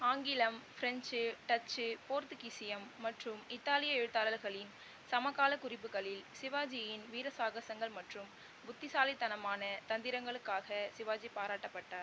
ஆங்கிலம் French Dutch போர்த்துகீசியம் மற்றும் இத்தாலிய எழுத்தாளர்களின் சமகாலக் குறிப்புகளில் சிவாஜியின் வீர சாகசங்கள் மற்றும் புத்திசாலித்தனமான தந்திரங்களுக்காக சிவாஜி பாராட்டப்பட்டார்